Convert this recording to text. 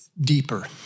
deeper